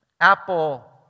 Apple